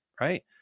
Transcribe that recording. right